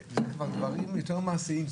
ואלה כבר דברים יותר מעשים.